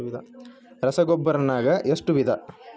ರಸಗೊಬ್ಬರ ನಾಗ್ ಎಷ್ಟು ವಿಧ?